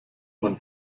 man